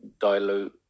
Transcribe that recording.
dilute